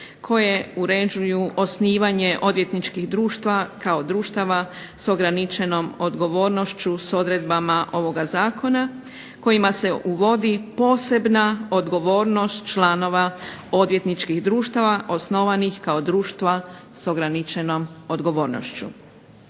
koje određuju osnivanje odvjetničkih društva kao društava s ograničenom odgovornošću s odredbama ovog Zakona, kojima se uvodi posebna odgovornost članova odvjetničkih društava osnovanih kao društva s ograničenom odgovornošću.